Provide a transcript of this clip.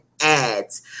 ads